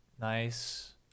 Nice